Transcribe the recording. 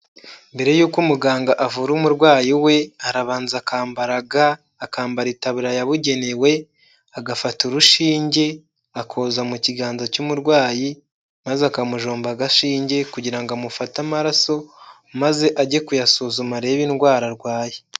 Mbere y'uko umuganga avura umurwayi we arabanza akambara ga akambara itaburiy yabugenewe, agafata urushinge akoza mu kiganza cy'umurwayi maze akamujomba agashinge kugira ngo amufate amaraso maze ajye kuyasuzuma arebe indwara arwaye.